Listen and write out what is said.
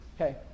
Okay